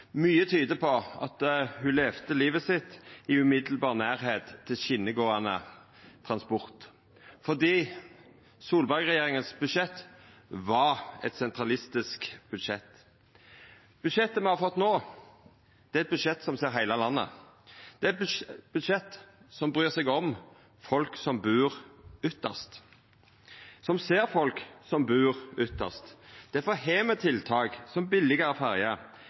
Mykje tyder på at ho levde livet sitt i nærleik av skinnegåande transport, for Solberg-regjeringas budsjett var eit sentralistisk budsjett. Budsjettet me har fått no, er eit budsjett som ser heile landet. Det er eit budsjett som bryr seg om folk som bur ytst, som ser folk som bur ytst. Difor har me tiltak som